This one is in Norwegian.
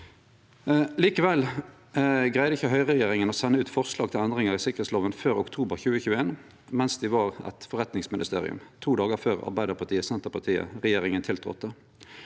Likevel greidde ikkje høgreregjeringa å sende ut forslag til endringar i sikkerheitsloven før i oktober 2021, mens dei var eit forretningsministerium, to dagar før Arbeidarparti–Senterparti-regjeringa tiltredde.